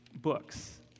books